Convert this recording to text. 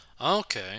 Okay